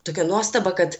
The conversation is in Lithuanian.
tokia nuostaba kad